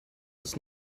bis